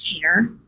care